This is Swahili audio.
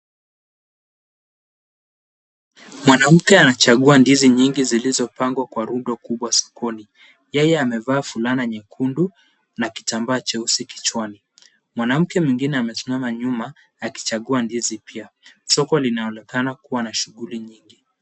Mwanamke anachagua ndizi nyingi zilizopangwa kwa rundo kubwa sokoni. Yeye amevaa fulana nyekundu na kitambaa cheusi kichwani. Mwanamke mwingine amesimama nyuma akichagua ndizi pia, soko linaonekana kuwa na shughuli nyingi.